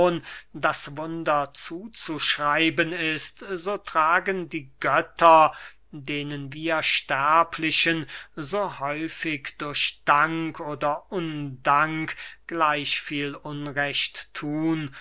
das wunder zuzuschreiben ist so tragen die götter denen wir sterbliche so häufig durch dank oder undank gleich viel unrecht thun